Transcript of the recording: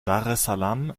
daressalam